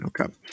Okay